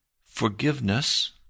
Forgiveness